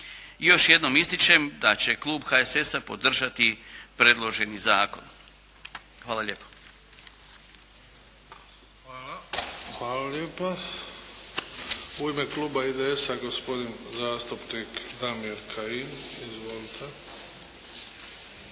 I još jednom ističem da će klub HSS-a podržati predloženi zakon. Hvala lijepo. **Bebić, Luka (HDZ)** Hvala lijepo. U ime kluba IDS-a, gospodin zastupnik Damir Kajin. Izvolite.